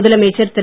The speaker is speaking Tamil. முதலமைச்சர் திரு